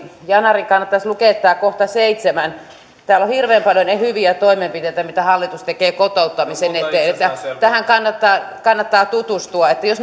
yanarin kannattaisi lukea tämä kohta seitsemännellä täällä on hirveän paljon hyviä toimenpiteitä mitä hallitus tekee kotouttamisen eteen että tähän kannattaa kannattaa tutustua jos